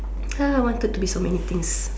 I wanted to be so many things